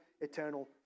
eternal